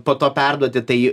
po to perduoti tai